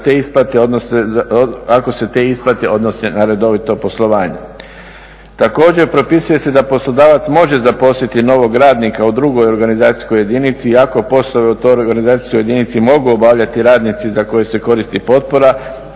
ako se te isplate odnose na redovito poslovanje. Također propisuje se da poslodavac može zaposliti novog radnika u drugoj organizacijskoj jedinici ako poslovi u toj organizacijskoj jedinici mogu obavljati radnici za koje se koristi potpora,